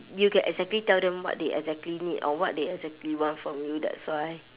you can exactly tell them what they exactly need or what they exactly want from you that's why